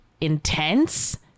intense